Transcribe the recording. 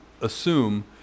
assume